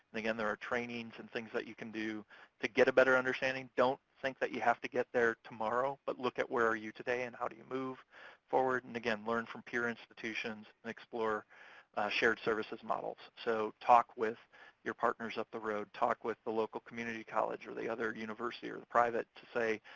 again, there are trainings and things that you can do to get a better understanding. don't think that you have to get there tomorrow, but look at where are you today and how do you move forward. and, again, learn from peer institutions and explore shared services models. so talk with your partners up the road. talk with the local community college or the other university or the private to say,